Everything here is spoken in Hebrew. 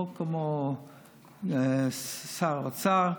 לא כמו שר האוצר,